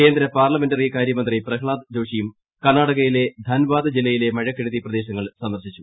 കേന്ദ്ര പാർലമെന്ററി കാര്യമന്ത്രി പ്രഹ്ളാത് ജോഷിയും കർണാടകയിലെ ധർവാദ് ജില്ലയിലെ മഴകെടുതി പ്രദേശങ്ങൾ സന്ദർശിച്ചു